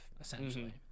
essentially